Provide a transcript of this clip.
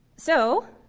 so,